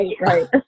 Right